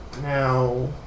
Now